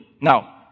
Now